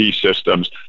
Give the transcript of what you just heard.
systems